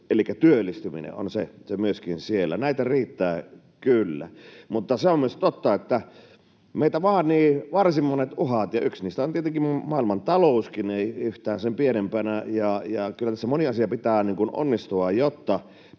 elikkä työllistyminen on myöskin siellä. Näitä riittää kyllä. Mutta myös se on totta, että meitä vaanii varsin monet uhat, ja yksi niistä on tietenkin maailmantalous eikä yhtään sen pienempänä. Ja kyllä tässä monen asian pitää onnistua, jotta